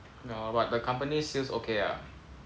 ya but the company sales ok ah